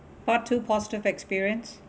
part two positive experience